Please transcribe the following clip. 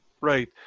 Right